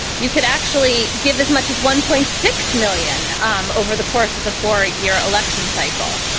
you could actually give as much as one point six million um over the course of the four year election cycle.